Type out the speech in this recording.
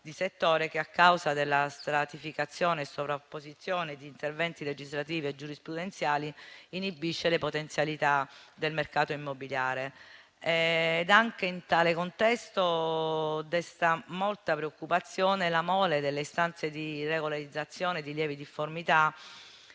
di settore che, a causa della stratificazione e sovrapposizione di interventi legislativi e giurisprudenziali, inibisce le potenzialità del mercato immobiliare. In tale contesto desta, inoltre, molta preoccupazione la mole delle istanze di regolarizzazione di lievi difformità